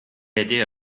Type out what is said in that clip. idea